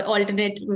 Alternate